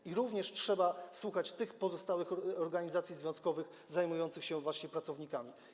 Trzeba również słuchać tych pozostałych organizacji związkowych zajmujących się właśnie pracownikami.